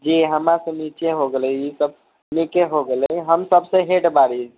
जी हमरासे नीचे होगेले सब नीचे होगेले हम सबसे हेड बारि